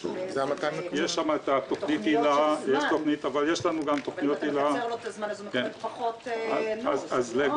אם אתה מקצר לו את הזמן, הוא מקבל פחות סדנאות.